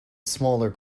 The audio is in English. smaller